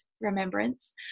Remembrance